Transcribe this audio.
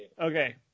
Okay